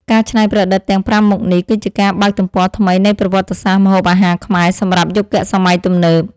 ការច្នៃប្រឌិតទាំងប្រាំមុខនេះគឺជាការបើកទំព័រថ្មីនៃប្រវត្តិសាស្ត្រម្ហូបអាហារខ្មែរសម្រាប់យុគសម័យទំនើប។